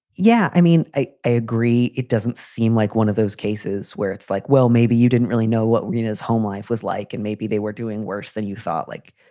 yeah, i mean, i. i agree. it doesn't seem like one of those cases where it's like, well, maybe you didn't really know what rina's home life was like and maybe they were doing worse than you thought. like,